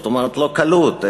זאת אומרת לא קלות,